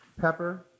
pepper